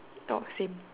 not same